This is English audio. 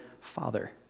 Father